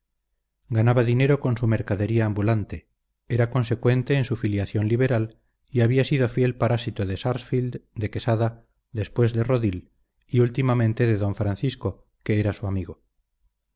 ganaba dinero con su mercadería ambulante era consecuente en su filiación liberal y había sido fiel parásito de sarsfield de quesada después de rodil y últimamente de d francisco que era su amigo